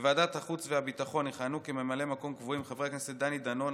בוועדת החוץ והביטחון יכהנו כממלאי מקום קבועים חברי הכנסת דני דנון,